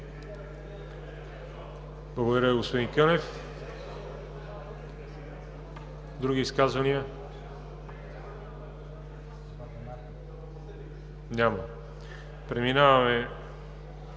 Благодаря, господин Кънев. Други изказвания? Няма. Преминаваме